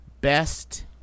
best